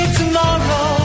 tomorrow